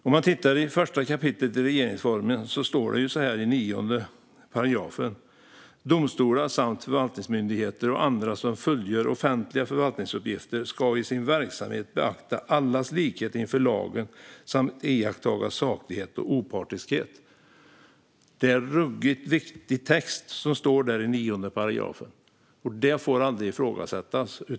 I regeringsformens 1 kap. 9 § står det så här: "Domstolar samt förvaltningsmyndigheter och andra som fullgör offentliga förvaltningsuppgifter ska i sin verksamhet beakta allas likhet inför lagen samt iaktta saklighet och opartiskhet." Det är en ruggigt viktig text, och det får aldrig ifrågasättas.